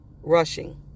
rushing